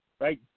right